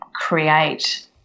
create